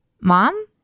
mom